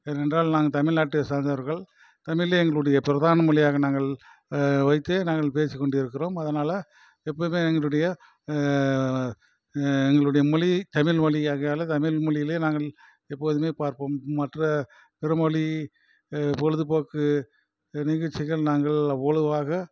ஏன்னென்றால் நாங்கள் தமிழ்நாட்டை சார்ந்தவர்கள் தமிழை எங்களுடைய பிரதான மொழியாக நாங்கள் வைத்து நாங்கள் பேசிக்கொண்டிருக்கிறோம் அதனால் எப்போவுமே எங்களுடைய எங்களுடைய மொழி தமிழ்மொழியாக தமிழ்மொழியிலே நாங்கள் எப்போதுமே பார்ப்போம் மற்ற பிறமொழி பொழுதுபோக்கு நிகழ்ச்சிகள் நாங்கள் அவ்வளோவாக